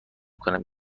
کنم